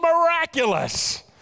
miraculous